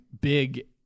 big